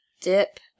dip